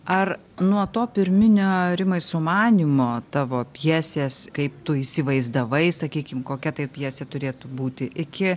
ar nuo to pirminio rimai sumanymo tavo pjesės kaip tu įsivaizdavai sakykim kokia tai pjesė turėtų būti iki